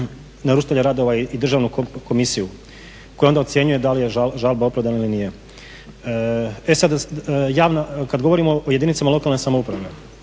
naručitelja radova i državnu komisiju koja onda ocjenjuje da li je žalba opravdana ili nije. E sad, kad govorimo o jedinicama lokane samouprave.